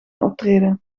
optreden